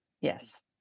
yes